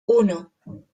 uno